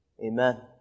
Amen